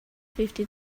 fifty